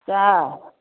सएह